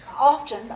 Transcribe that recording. often